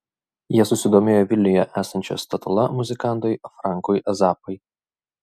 jie susidomėjo vilniuje esančia statula muzikantui frankui zappai